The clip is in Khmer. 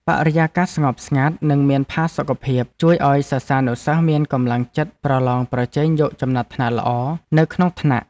បរិយាកាសស្ងប់ស្ងាត់និងមានផាសុកភាពជួយឱ្យសិស្សានុសិស្សមានកម្លាំងចិត្តប្រឡងប្រជែងយកចំណាត់ថ្នាក់ល្អនៅក្នុងថ្នាក់។